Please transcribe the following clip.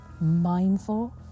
mindful